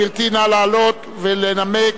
גברתי, נא לעלות ולנמק.